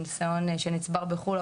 ניסיון נצבר בחו"ל,